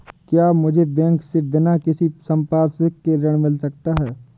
क्या मुझे बैंक से बिना किसी संपार्श्विक के ऋण मिल सकता है?